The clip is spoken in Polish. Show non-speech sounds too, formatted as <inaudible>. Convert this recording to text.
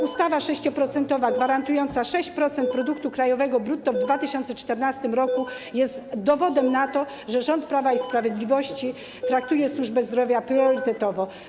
Ustawa 6-procentowa, <noise> gwarantująca 6% produktu krajowego brutto w 2024 r., jest dowodem na to, że rząd Prawa i Sprawiedliwości traktuje służbę zdrowia priorytetowo.